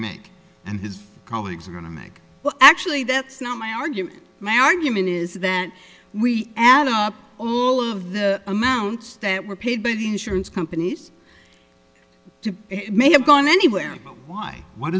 make and his colleagues are going to make well actually that's not my argument my argument is that we add up all of the amounts that were paid by the insurance companies may have gone anywhere but why what